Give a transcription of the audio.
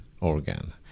organ